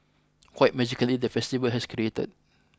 quite magically the festival has created